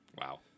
Wow